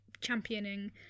championing